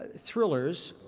ah thrillers,